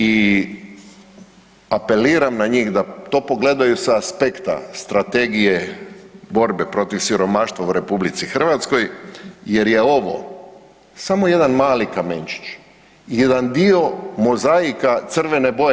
I apeliram na njih to pogledaju sa aspekta strategije borbe protiv siromaštva u RH jer je ovo samo jedan mali kamenčić, jedan dio mozaika crvene boje.